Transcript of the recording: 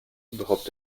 überhaupt